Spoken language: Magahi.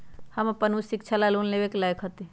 हम अपन उच्च शिक्षा ला लोन लेवे के लायक हती?